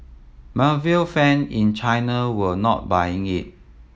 marvel fan in China were not buying it